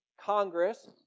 Congress